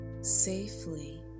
safely